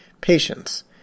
Patience